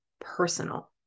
personal